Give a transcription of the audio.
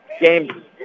game